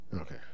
Okay